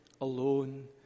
alone